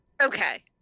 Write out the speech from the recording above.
Okay